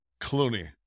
Clooney